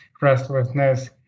restlessness